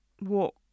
walk